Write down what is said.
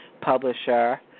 publisher